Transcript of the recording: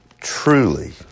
Truly